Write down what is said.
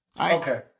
Okay